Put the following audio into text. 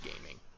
Gaming